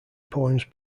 poems